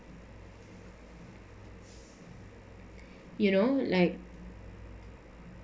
you know like